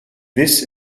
this